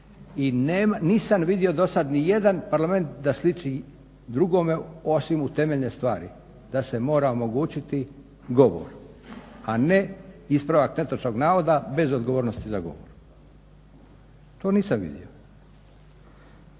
I nisam vidio do sad ni jedan Parlament da sliči drugome, osim u temeljenoj stvari da se mora omogućiti govor, a ne ispravak netočnog navoda bez odgovornosti za govor, to nisam vidio.